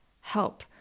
help